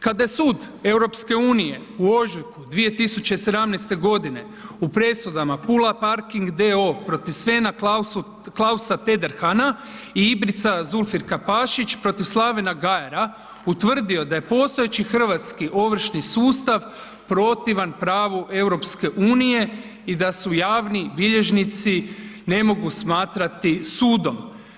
Kada je sud EU-a u ožujku 2017. g. u presudama Pula parking d.o.o. protiv Svena Klausa Tederhana i Ibrica Zulfirkapašić protiv Slavena Gajera utvrdio da je postojeći hrvatski ovršni sustav protiv pravu EU-a i da se javni bilježnici ne mogu smatrati sudom.